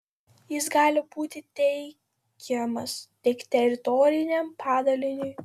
jis gali būti teikiamas tik teritoriniam padaliniui